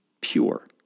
pure